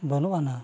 ᱵᱟᱹᱱᱩᱜ ᱟᱱᱟ